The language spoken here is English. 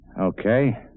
Okay